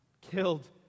killed